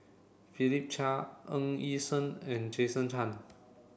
Philip Chia Ng Yi Sheng and Jason Chan